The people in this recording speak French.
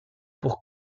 pour